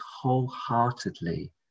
wholeheartedly